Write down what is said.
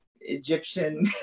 Egyptian